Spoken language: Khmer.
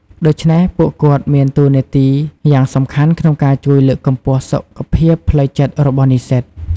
ដូច្នេះ ពួកគាត់មានតួនាទីយ៉ាងសំខាន់ក្នុងការជួយលើកកម្ពស់សុខភាពផ្លូវចិត្តរបស់និស្សិត។